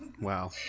wow